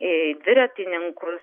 į dviratininkus